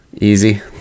easy